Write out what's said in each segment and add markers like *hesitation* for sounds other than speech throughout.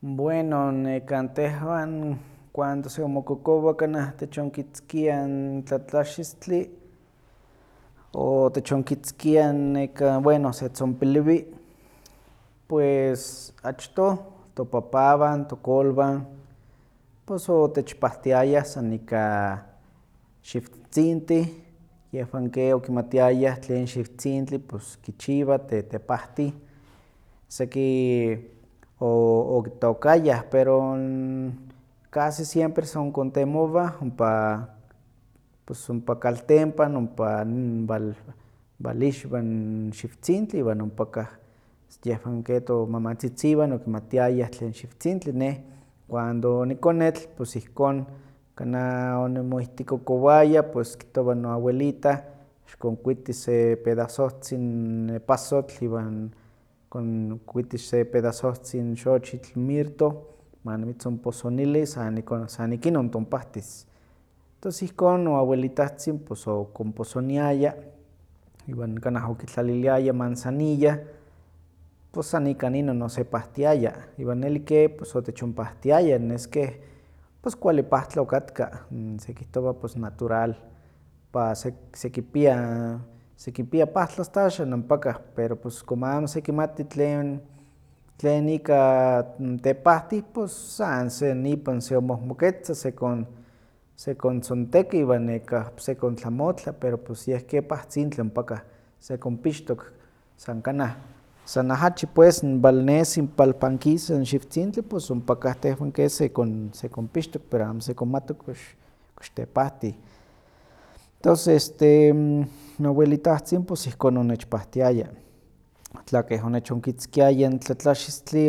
Bueno nekan tehwan cuando se onmokokowa kanah techonkitzkia n tlatlaxistli o techonkitzkia bueno setzompiliwi, pues achtoh topapawan, tokolwan, pues otechpahtiayah san ika xiwtzitizintih, yehwan ke okimatiaya tlen xiwtzintli pus kichiwa pus tepahtih. Seki okitookayah, pero n casi siempre son kontemowa ompa ompa kaltempan, ompa n wal- walixwa n xiwtzinytli, iwan ompakah yehwan ke tomamantzitziwan okimatiayah tlen xiwtzintli. Neh cuando nikonetl kanah onimoihtikokowaya kihtowa noawelitah xikonkuite se pedazohtzin epazotl iwan xkonkuiti se pedasohtzin xochitl mirtoh, manimitzonposonili san nikon- san ikinon tonpahtis. Tos ihkon noawelitahtzin por okonposoniaya iwan kanah okitlaliliaya manzanilla pus san ika inon osepahtiaya iwan nelli ke pus otechonpahtiaya, nes ke kualli pahtli okatka, sekihtowa pus natural, ompa sekipia sekipia pahtli asta axan ompaka, pero como amo sekimati tlen tlen ika n tepahti pus san se ipan seonmohmoketza sekon sekontzonteki wan nekah sekontlamotla, pero yeh ke pahtzintli ompakah. Sekonpixtok san kanah, san ahachi pues walnesi walpankisa xiwtzintli, pus ompakah, tehwan he sekonpixtok pero amo sekonmatok kox tepahti. Tos este *hesitation* noawelitahtzin pus ihkon onechpahtiaya. Tla keh onechonkitzkiaya n tlatlaxistli,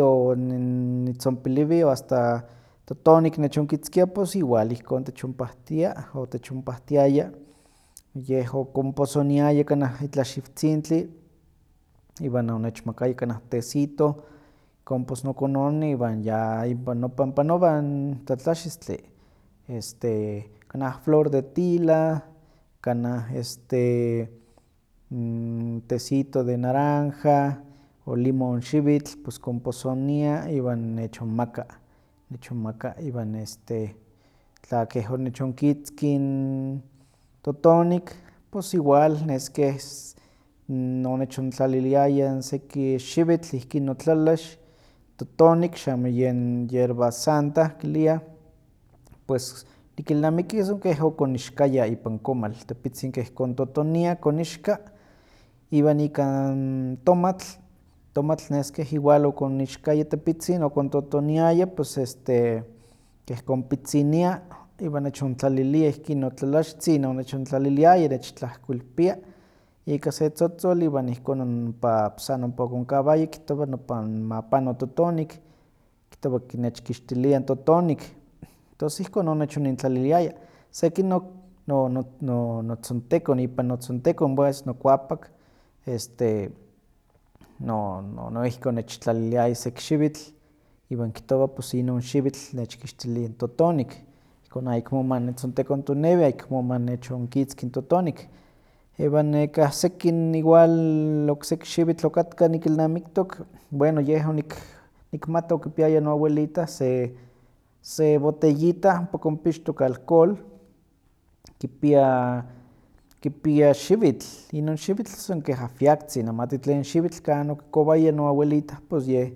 nitzompiliwi, asta totonik onechonkitzkia pues igual ihkon techonpahtia, otechonpahtiaya, yeh okonposoniaya kanah itlah xiwtaintli iwan onechmakaya kanah tesito, ihkon pues nokononi iwan ya ipan- nopan panowa n tlatlaxistli, este kanah flor de tilah, kanah este tesito de naranja, o limonxiwitl pues konposonia iwan nechonmaka, nechonmaka, iwan este tlakeh onechonkitzkih n totonik pues igual nes keh inechontlaliliayah n seki n xiwitl ihkin notlalax totonik, xamo yen yerbasatnah kiliah, pues nikilnamiki san keh okonixkaya ipan komal, tepitzin keh kontotonia konixka, iwan ika n tomatl, tomatl nes keh igual okoixkaya tepitzin okontotoniaya pues este keh konpitzinia iwan nechontlalilia ihkin notlalaxtzin, onechintlaliliaya, nechtlahkoilpia, ika se tzotzol iwan ihkon pa- san ompa okonkawaya kihtowa nopan ma pano totonik, kihtowa ke nechkixtilia n totonik, tos ihkon onechonintlaliliaya, sekin no- no- notzontekon, ipan notzontekon pues nokuakap, este no- noihki onechtlaliliaya seki xiwitl, iwan kihtowa pus inon xiwitl nechkixtilia n totonik, ihkon ayekmo manitzontekontonewi ayekmo ma nechonkitzki n totonik, iwan nekah seki n igual okseki xiwitl okatka nikilnamiktok bueno yeh nikmatok okipaya no awelita se- se botellita ompa konpixtok alcohol kipia kipia xiwitl, inon xiwitl san keh ahwiaktzin, amati tlen xiwitl kan okikowaya noawelitah pues yeh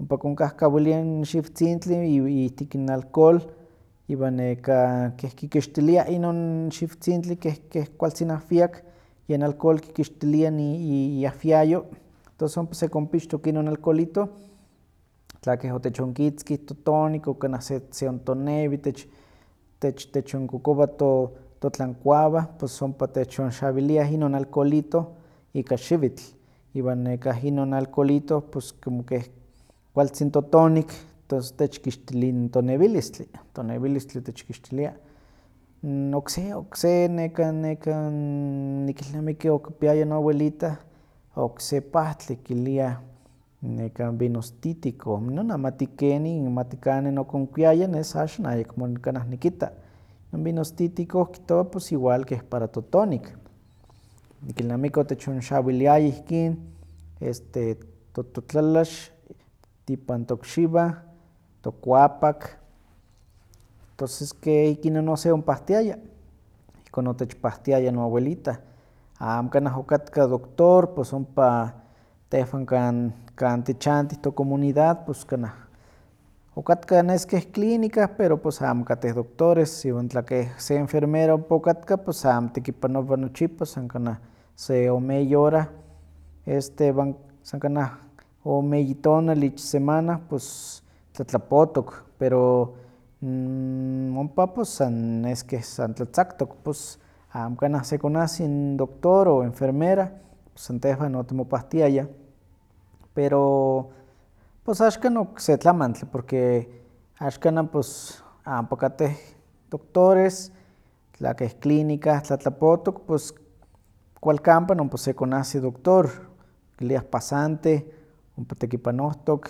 ompa kon kahkawilia n xiwtzintli ihtik n alcohol iwan nekah keh kikixtilia inon xiwtzintli keh keh kualtzin ahwiak, yeh alcohol kikixtilia i- i- iahwiayo, tos ompa sekonpixtok inon alcoholito, tla keh itechokitzkih totonik o kanah se- seontonewi, tech tech techonkokowa totlakuawah, pus ompa techonxawiliah inon alcoholito ika xiwitl, iwan este inon alcoholito, como keh kualtzin totonik, tos techkixtili n tonewilistli, tonewilistli techkixtilia. N okse, okse nekan nekan nikilnamiki okipiaya no awelitah okse pahtli kiliah nekan, vinostítico, inon amati kanin okonkuiaya, nes axan ayekmo kanah nikitta. Inon vinostítico kihtowa pus igual keh para totonik, nikilnamiki otechonxawiliaya ihkin to- totlalax, ipan tokxiwan, tokuapak, toses ke ikinon oseonpahtiaya, ihkon otechpahtiaya noawelita. Amo keh okatka doctor, tehwan kan kan tichantih tocomunidad okatka nes keh clínica pero amo katteh doctores, iwan tla kes se enfermera ompa okatka pues amo tekipanowa nochipa san kanah se ome eyi hora este iwan san kanah ome eyi tonal ich semanah pues tlatlapotok, pero *hesitation* ompa pus san nes keh san tlatzaktok, pues amo keh sekonahsi n doctor o enfermera, san tehwan otimopahtiayah, pero pos axkan okse tlamantli porque axkan a ompa katteh doctores, tla keh clínica tlatlapotok kualkampan ompa sekonahsi doctor kiliah pasante ompa tekipanohtok,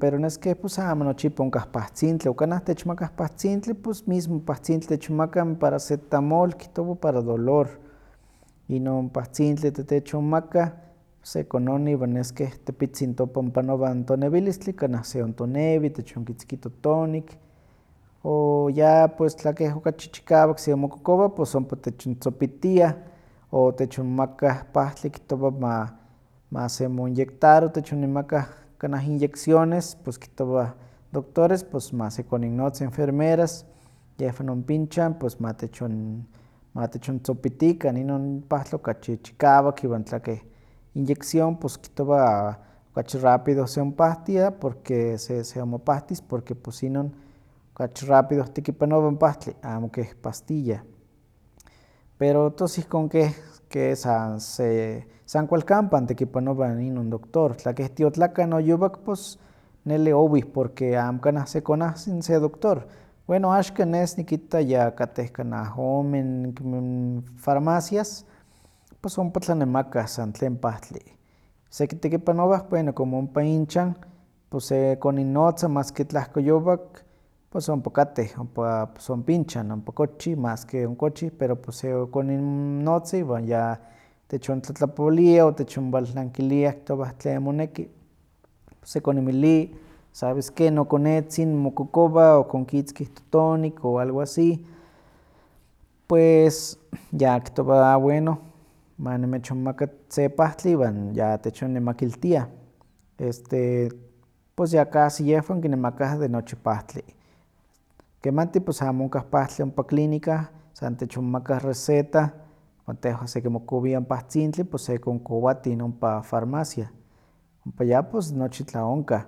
pero nes ke pus amo nochipa onkah pahtzintli, o kanah techmakah pahtzintli pus mismo pahtzintli techmakah paracetamol kihtowa para dolor, inon pahtzintli te- techonmakah sekononi iwan nes keh tepitzin topan panowa n tonewilistli kanah se ontonewi, techokitzki n totonik, o ya pues tla keh okachi chikawak seonmokokowa pus ompa techontzopitiah otechonmakah pahtli kihtowa ma- maseonmoinyectaro, techmakah kanah inyecicones pues kihtowah n doctores pus masekoninnotza enfermeras, yehwan ompa inchan, pus yehwan ma techon- matechontzopitikan, inon pahtli okachi chikawak iwan tla keh inyección kihtowa pus okachi rápido seonpahtia porque se se onmopahtis porque pues inon okcahci rápido tekioanowa n pahtli amo keh pastilla. Pero tos ihkon ke sa san se san kualkampan tekipanowa inon doctor, tla keh tiotlakan o yowak pus nelli owih porque amo kanah sekonahsi n doctor, bueno axkan nes nikitta ya kette kanah omen farmacias, pues ompa tlanemakah san tlen pahtli, seki tekipanowan bueno como ompa inchan pues sekoninnotza mas ke tlahkoyowak pues ompa katteh ompa pues ompa inchan ompa kochih mas ke onkochih pero pus seokoninnotza iwan ya techintlatlapoliah, otechonwalnankiliah kihtowah tlen moneki, sekoninmili sabes ke nokonetzin mokokowa, okonkitzkih totonik o algo así, pues ya kihtowah ah bueno ma nimechinmaka se pahtli, iwan ya techinnemakiltiah, pues ya casi yehwan kinemakah de nochi pahtli. Kemanti pues amo onhak pahtli ompa clínica, san techonmakah receta iwan tehwan sekonmokowia n pahtzintli pues sekonkowatin ompa farmacia. Ompa ya pus nochi tlaonkah,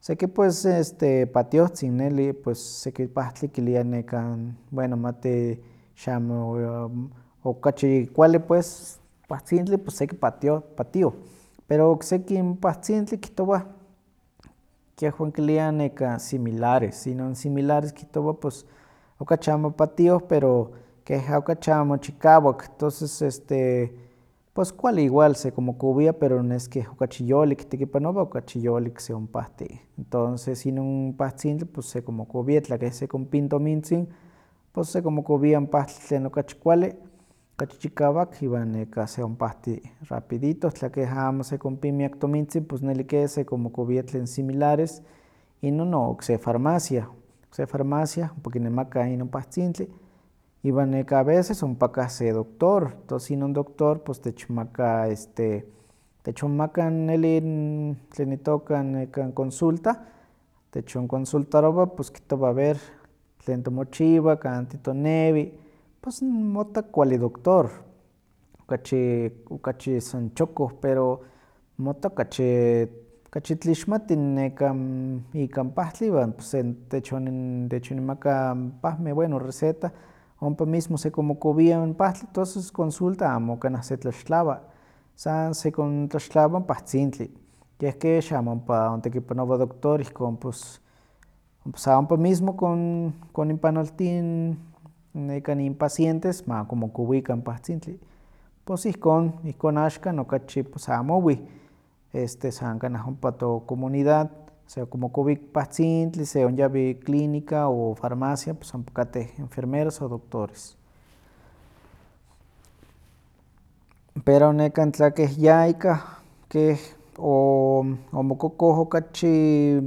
seki pues este patiohtzin nelli, pues seki pahtli kiliah nekah, bueno mati xamo *hesitation* okachi kualli pues pahtzintli, pues seki patio- patio, pero okseki pahtzintli kihtowah, yehon kiliah nekan similares, inon similares kihtowa pus okachi amo patioh pero keh okachi amo chikawak toses este kualli igual sekonmokowia pero nes keh okachi yolik tekipanowa, okachi yolik se onpahti. Entonces inon pahtzintli sekonmokowi tla keh sekinpi n tomintzin pues sekonmokowia n pahtli tlen okachi kualli, okachi chikawak iwan nekan seonpahti rapidito, tla keh amo sekonpi niak tomintzin, pues neli ke sekonmokowia tlen similares inon no okse farmacia, okse farmacia ompa kinenemakah inon pahtzintli iwan nekah a veces ompakah se doctor, tos inon doctor pues techmaka este, techinmaka neli, n tlen itooka n consulta, techonconsultaroba, kihtowa a ver, tlen timochiwa, kan titonewi, pus n motta kualli doctor, okachi, okachi san chokoh, pero mota okachi, okachi tlixmati nekah ikan pahtli, iwan pus se- techonin. techoninmaka n pahmeh, bueno n receta, ompa mismo sekonmokowia pahtli tonses consulta amo kanah setlaxtlawa, san sekontlaxtlawa n pahtzintli, yeh ke xamo ompa ontekipanowa n doctor, sa ompa mismo koninpanolti n nekan inpacientes makonmokowikah n pahtzintli. Pos ihkon, ihkon axkan okachi pues amo owih, san kanah ompa n tocomunidad sekonmokowi pahtzintli, seonyaqi clínica o farmacia, pues ompa kateh enfermeras o doctores. Pero nekan tla keh ya ikan o- omokokoh okachi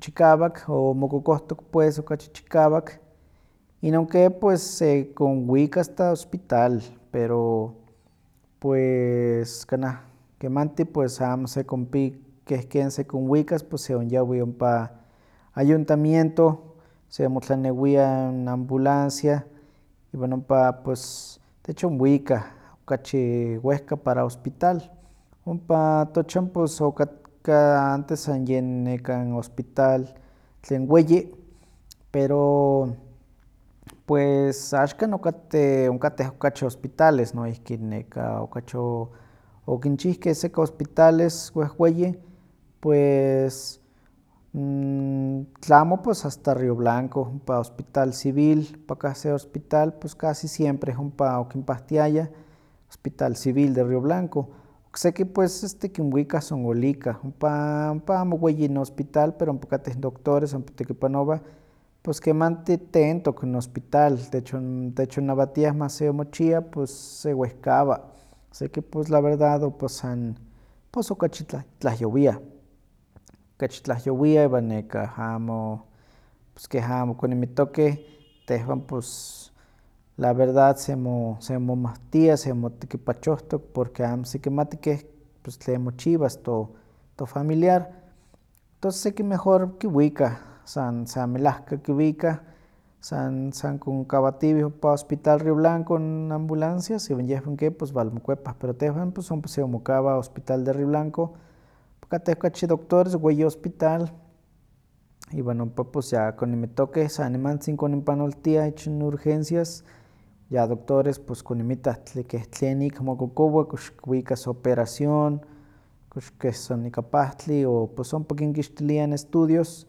chikawak, omokokohtok pues okachi chikawak, inon keh pues sekonwika asta hospital, pero pues kanah kemanti pues amo sekonpi keh ken sekonwikas, pues seonyawi ompa ayuntamiento seonmotlanewia n ambulancia iwan ompa pues techonwika okachi wehpa para hospital. Ompa tochan pues okatka antes san yen nekah hospital tlen weyi, pero pues axkan nokatteh, onkatteh okachi hospitales noihki nekah okachi o- okinchihkeh okachi seki hospitales wehweyin, pues n tla amo pues asta rio blanco ompa hspital civil, ompaka se hospital pues casi siempre ompa okinpahtiayah, hospital civil de río blanco. Okseki pues este kinwikah zongolika, ompa ompa amoweyi n hozpital, pero ompa katteh doctores ompa tekipanowah, pus kemanti tentok n hospital techon- techonnawatiah maseonmochoa pues sewehkawa, seki pues la verdad ompa san pues okachi tlahyowiah, okachi tlahyowiah iwan nekan amo, pues keh amokoninmittokeh, tehwan pues la verdad seonmo- seonmomahtia, seonmotekipachohtok porque amo sekimati keh tlen mochoiwas to- tofamiliar, tos seki mejor kiwikah sa san melahka kiwikah san san konkawatiwih ompa hospital rio blanco n ambulancias wan yehwan ke pus walmokuepah, pero tehwan ompa seonmokawa hospital de río blanco, ompa katteh okachi doctores, weyi hospital, iwan ompa pues ya koninmittokeh, san nimantzin koninpanoltiah ich n urgencias, ya doctores pus koninmittah keh tlen keh tlen ik mokokowah kox kiwikas operación, kox keh san ika pahtli, o pus ompa konkixtiliah n estudios,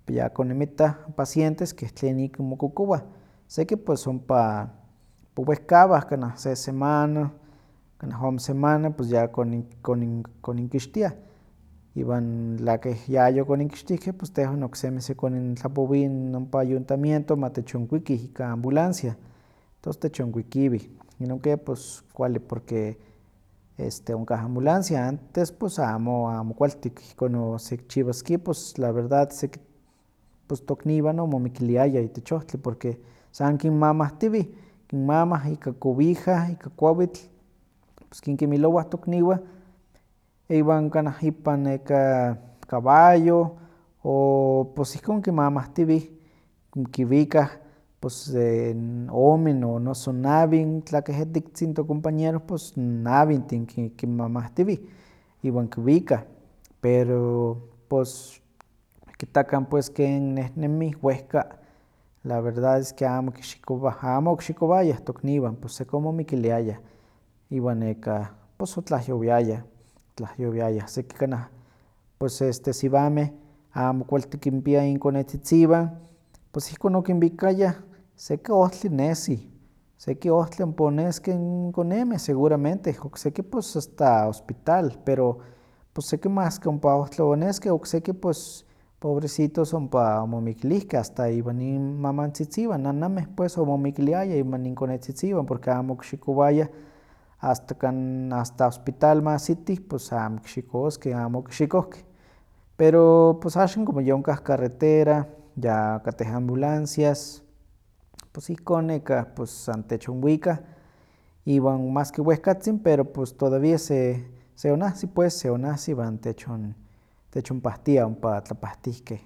ompa ya koninmittah pacientes keh tlen ij mokokowah, seki pues ompa ompa wehkawah kanah se semana, kanah ome semanah, pues ya konin- konin- koninkixtiah, iwan tla key yayokoninkixtihken, pues tehwan oksemi sekonintlapowi n ompa n ayuntamiento matechonkuiki ika n ambulancia, tos techonkuikiwih, inon ke pus kualli porque esteo onkah ambulancia, antes pues amo okualtik ihkon osekichiwaski, pues la verdad pues tokniwan omomikiliayah itech ohtli porque san kinmamahtiwih, kinmamah, ika cobija, ika kuawitl, pus kinkimilowah tokniwah, iwan kanah ipan nekah caballo, o pus ihkon kimamahtiwih, kiwikah, pus *hesitation* ome o noso nawin, tlakeh etiktzin tokompalero pos nawintin ki- ki- kimamahtiwih, iwan kiwikah, pero pos xikitakan pues ken nehnemih wehka, la verdad es ke amo kixikowah, amo okixikowayah tokniwan, pus seki omomikiliayah, iwan nekah pues otlahyowiayah, otlahyowiayah, seki kanah pues este siwameh amo kualti kinpiah inkonetzitziwan, pues ihkon okinwikayah, seki ohtli nesi, seki ohtli ompa oneskeh n konemeh, seguramente, okseki pues asta hospital, pero pus seki maski ompa ohtli oneskeh, okseki pus pobrecitos ompa omomikilihkeh, asta inmamantzitziwan, nanameh pues omomikiliayah iwan inkonetzitziwan, porque amookixikowayah asta kana- asta hospital ma ahsitih pues amo kixikoskeh, amo okixikohkeh, pero pus axan como ya onkah carretera, ya katteh ambulancias, pues ihkon nekah, pus san techonwikah, iwan maski wehkatzin pero pues todavía se- seonahsi pues, seonahsi iwan techon- techonpahtiah n ompa tlapahtihkeh.